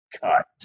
Cut